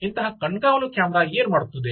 ಇಂತಹ ಕಣ್ಗಾವಲು ಕ್ಯಾಮೆರಾ ಏನು ಮಾಡುತ್ತದೆ